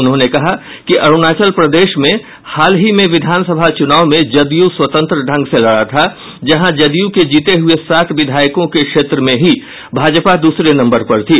उन्होंने कहा कि अरूणाचल प्रदेश में हाल ही में विधानसभा चुनाव में जदयू स्वतंत्र ढंग से लड़ा था जहां जदयू के जीते हुये सात विधायकों के क्षेत्र में ही भाजपा दूसरे नम्बर पर थी